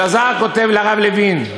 שזר כותב לרב לוין.